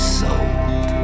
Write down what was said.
sold